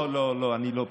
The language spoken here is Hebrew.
לא, לא, לא.